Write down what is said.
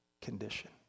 condition